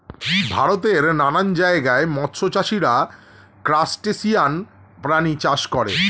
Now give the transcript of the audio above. ভারতের নানান জায়গায় মৎস্য চাষীরা ক্রাসটেসিয়ান প্রাণী চাষ করে